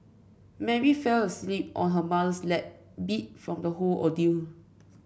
Mary fell asleep on her mother's lap beat from the whole ordeal